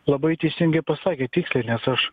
labai teisingai pasakė tiksliai nes aš